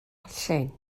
llyn